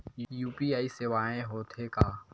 UPI सेवाएं हो थे का?